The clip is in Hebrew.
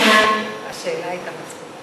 השאלה הייתה מצחיקה.